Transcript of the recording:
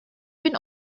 bin